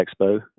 expo